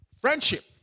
friendship